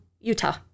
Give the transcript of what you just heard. Utah